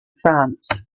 france